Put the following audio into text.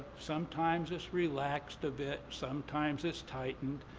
sometimes it's relaxed a bit, sometimes it's tightened.